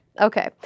Okay